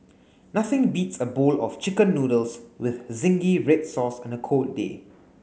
nothing beats a bowl of chicken noodles with zingy red sauce on a cold day